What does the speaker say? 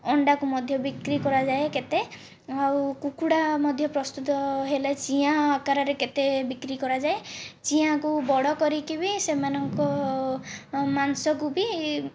ଅଣ୍ଡାକୁ ମଧ୍ୟ ବିକ୍ରି କରାଯାଏ କେତେ ଆଉ କୁକୁଡ଼ା ମଧ୍ୟ ପ୍ରସ୍ତୁତ ହେଲେ ଚିଆଁ ଆକାରରେ କେତେ ବିକ୍ରି କରାଯାଏ ଚିଆଁକୁ ବଡ଼ କରିକି ବି ସେମାନଙ୍କ ମାଂସକୁ ବି